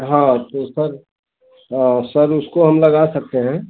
हाँ तो सर हाँ सर उसको हम लगा सकते हैं